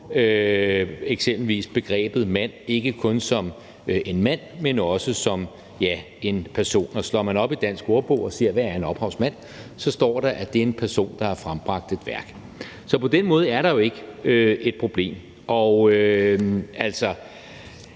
eksempelvis begrebet mand ikke kun som en mand, men også som, ja, en person. Og slår man op i en dansk ordbog og ser, hvad en ophavsmand er, så står der, at det er en person, der har frembragt et værk. Så på den måde er der jo ikke et problem. Altså,